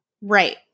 Right